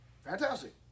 Fantastic